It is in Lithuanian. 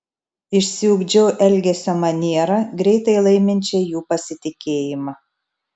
išsiugdžiau elgesio manierą greitai laiminčią jų pasitikėjimą